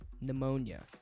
Pneumonia